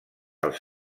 els